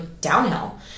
downhill